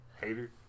Hater